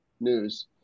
News